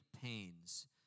pains